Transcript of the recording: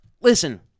Listen